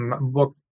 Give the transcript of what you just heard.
book